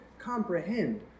comprehend